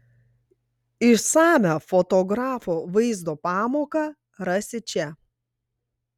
išsamią fotografo vaizdo pamoką rasi čia